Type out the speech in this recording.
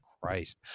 Christ